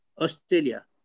Australia